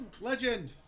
Legend